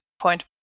Point